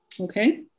okay